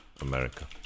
America